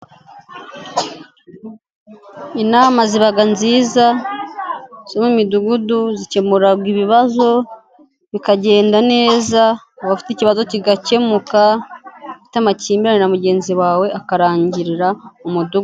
Inama ziba nziza zo mu midugudu zikemura ibibazo bikagenda neza abafite ikibazo kigakemuka, ufite amakimbirane na mugenzi wawe akarangirira mu mudugudu.